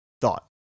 thought